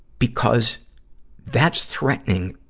because that's threatening.